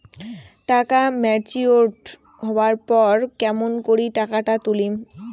টাকা ম্যাচিওরড হবার পর কেমন করি টাকাটা তুলিম?